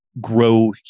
grow